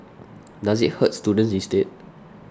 does it hurt students instead